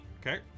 Okay